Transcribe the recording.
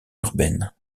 urbaine